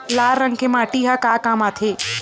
लाल रंग के माटी ह का काम आथे?